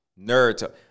nerd